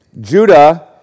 Judah